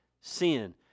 sin